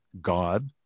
God